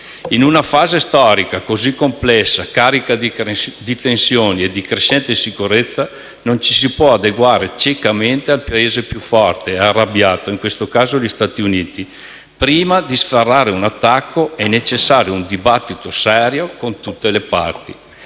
In una fase storica così complessa, carica di tensioni e di crescente insicurezza, non ci si può adeguare ciecamente al Paese più forte e arrabbiato, in questo caso gli Stati Uniti. Prima di sferrare un attacco, è necessario un dibattito serio con tutte le parti.